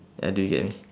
uh do you get me